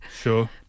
Sure